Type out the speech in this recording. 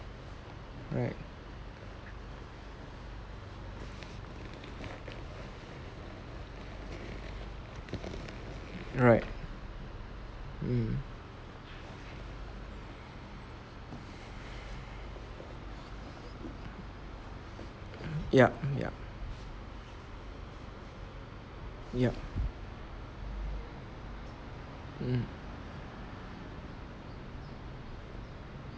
right right mm yup yup yup mm